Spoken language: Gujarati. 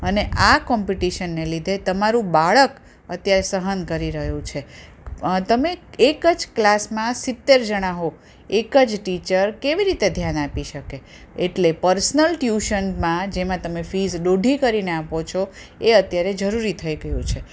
અને આ કોમ્પિટિશનને લીધે તમારું બાળક અત્યારે સહન કરી રહ્યું છે તમે એક જ ક્લાસમાં સિત્તેર જણાં હો એક જ ટીચર કેવી રીતે ધ્યાન આપી શકે એટલે પર્સનલ ટયૂશનમાં જેમાં તમે ફીસ દોઢી કરીને આપો છો એ અત્યારે જરૂરી થઈ ગયું છે